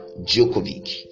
Djokovic